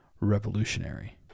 revolutionary